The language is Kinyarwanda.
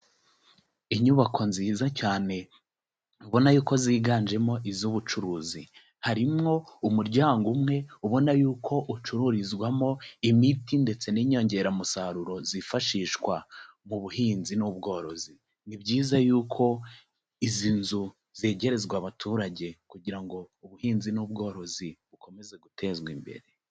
Inyubako nziza cyane ubona y'uko ziganjemo iz'ubucuruzi, harimo umuryango umwe ubona yuko ucururizwamo imiti ndetse n'inyongeramusaruro zifashishwa mu buhinzi n'ubworozi, ni byiza y'uko izi nzu zegerezwa abaturage kugira ngo ubuhinzi n'ubworozi bukomeze gutezwa imbere.